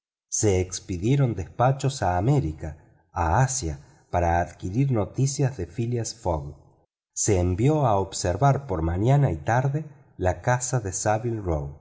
se expidieron despachos a américa a asia para adquirir noticias de phileas fogg se envió a observar de mañana y de tarde la casa de